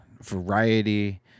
variety